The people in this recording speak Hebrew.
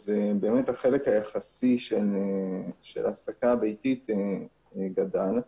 אז החלק היחסי של הסקה ביתית גדל.